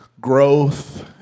growth